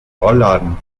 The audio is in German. rollladen